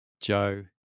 Joe